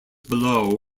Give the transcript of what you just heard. below